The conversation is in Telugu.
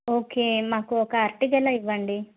ఓకే మాకు ఒక అరటి గెల ఇవ్వండి